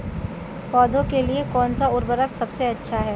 पौधों के लिए कौन सा उर्वरक सबसे अच्छा है?